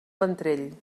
ventrell